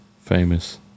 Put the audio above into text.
famous